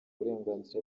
burenganzira